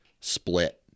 split